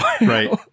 Right